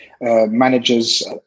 managers